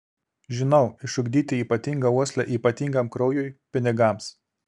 žinau išugdyti ypatingą uoslę ypatingam kraujui pinigams